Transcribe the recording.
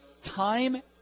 time